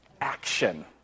Action